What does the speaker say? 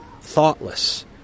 thoughtless